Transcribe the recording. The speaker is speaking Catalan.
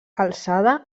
alçada